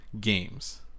games